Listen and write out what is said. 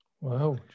Wow